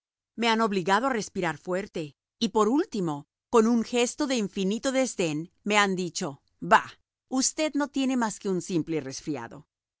me han obligado a respirar fuerte y por último con un gesto de infinito desdén me han dicho bah usted no tiene más que un simple resfriado